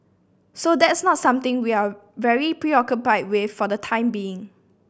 so that's not something we are very preoccupied with for the time being